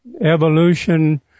Evolution